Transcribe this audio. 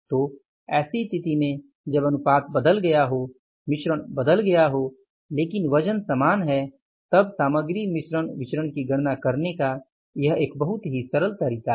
तो ऐसी स्थिति में जब अनुपात बदल गया हो मिश्रण बदल गया हो लेकिन वजन समान है तब सामग्री मिश्रण विचरण की गणना करने का यह एक बहुत ही सरल तरीका है